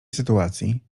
sytuacji